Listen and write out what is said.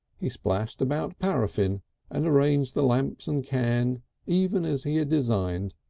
he splashed about paraffine and arranged the lamps and can even as he had designed,